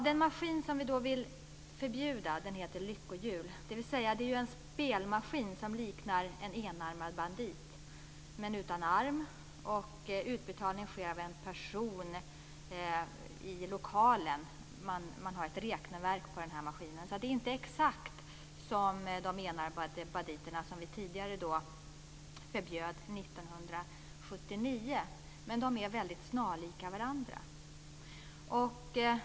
Den maskin som vi vill förbjuda kallas för lyckohjul. Det är en spelmaskin som liknar en enarmad bandit, men den har ingen arm. Utbetalning av vinst sker av en person i lokalen, och det finns ett räkneverk på maskinen. Lyckohjulen fungerar inte exakt som de enarmade banditerna, som förbjöds 1979, men de är väldigt snarlika varandra.